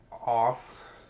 Off